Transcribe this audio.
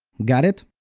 got it?